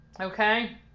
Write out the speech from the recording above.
okay